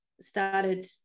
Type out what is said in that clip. started